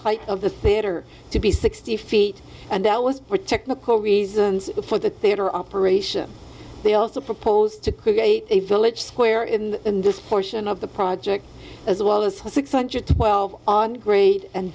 height of the theater to be sixty feet and that was for technical reasons for the theater operation they also proposed to create a village square in in this portion of the project as well as six hundred twelve on grade and